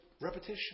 repetition